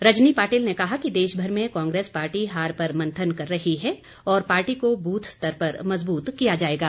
रजनी पाटिल ने कहा कि देशभर में कांग्रेस पार्टी हार पर मंथन कर रही है और पार्टी को ब्रथ स्तर पर मजब्रत किया जाएगा